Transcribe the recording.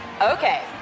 Okay